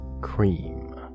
Cream